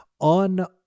on-